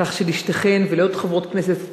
כך שלשתיכן, ולעוד חברות כנסת כאן,